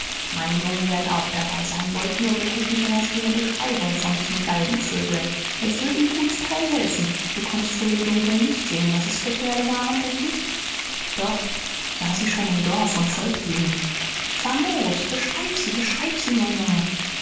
meine jungen werden auch dabei sein wollt nur wir hätten so was wie ne beschreibung von diesen galgenvögeln s würd n gut teil helfen du konntest wohl im dunkeln nicht sehen was es für kerle waren denk ich doch sah sie schon im dorf und folgte ihnen famos beschreib sie beschreib sie mein junge